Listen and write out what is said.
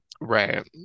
Right